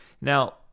Now